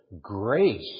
grace